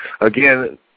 again